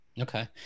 Okay